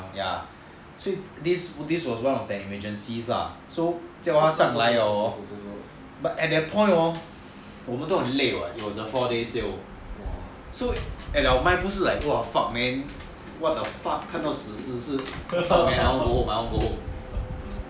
ya so this was one of the emergencies lah so 叫他上来了 hor at that point hor 我们都很累 [what] it's a four day sail !wah! so our mind we were just like fuck man what the fuck 看到死的尸体 I want to go home I want to go home